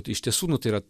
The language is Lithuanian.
iš tiesų nu tai yra